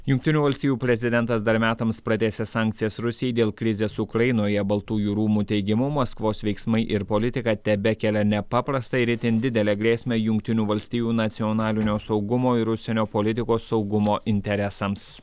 jungtinių valstijų prezidentas dar metams pratęsė sankcijas rusijai dėl krizės ukrainoje baltųjų rūmų teigimu maskvos veiksmai ir politika tebekelia nepaprastą ir itin didelę grėsmę jungtinių valstijų nacionalinio saugumo ir užsienio politikos saugumo interesams